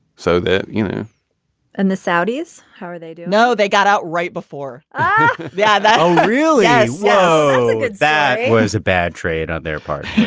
so that, you know and the saudis, how are they? do know they got out right before ah yeah that? oh, really? yeah like that was a bad trade on their part.